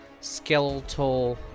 skeletal